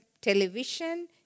television